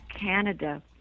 Canada